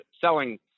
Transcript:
selling